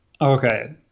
Okay